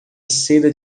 seda